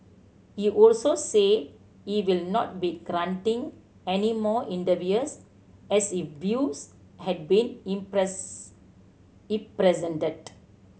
he also said he will not be granting any more interviews as he views had been impress in presented